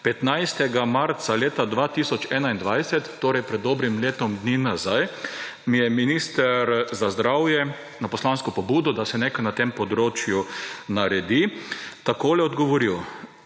15. marca leta 2021, torej pred dobrim letom dni, mi je minister za zdravje na poslansko pobudo, da se nekaj na tem področju naredi, odgovoril